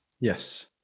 Yes